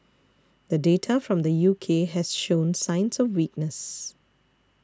the data from the U K has shown signs of weakness